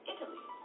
Italy